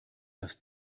das